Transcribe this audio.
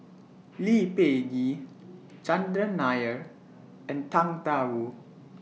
Lee Peh Gee Chandran Nair and Tang DA Wu